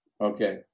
Okay